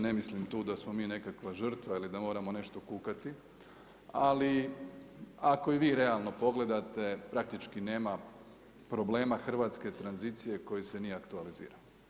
Ne mislim tu da smo mi nekakva žrtva ili da moramo nešto kukati ali ako i vi realno pogledate, praktički nema problema hrvatske tranzicije koji se nije aktualizirao.